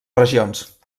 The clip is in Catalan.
regions